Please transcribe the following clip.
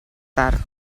tard